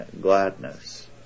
gladness